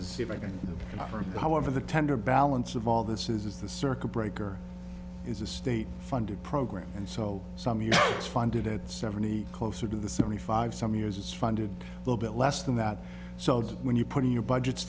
offer however the tender balance of all this is the circuit breaker is a state funded program and so some use it's funded at seventy closer to the seventy five some years is funded a little bit less than that so when you put your budgets